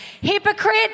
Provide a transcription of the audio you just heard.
Hypocrite